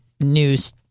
news